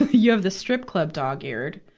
ah you have the strip club dog-eared.